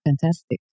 fantastic